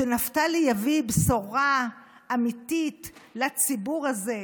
שנפתלי יביא בשורה אמיתית לציבור הזה,